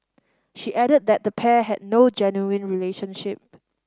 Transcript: she added that the pair had no genuine relationship